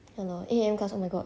ya lor eight A_M class oh my god